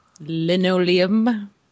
Linoleum